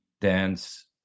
dance